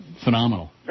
phenomenal